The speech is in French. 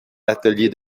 l’atelier